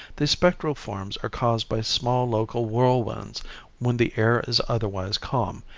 these spectral forms are caused by small local whirlwinds when the air is otherwise calm,